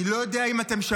אני לא יודע אם שמעתם,